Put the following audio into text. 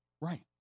Right